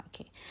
okay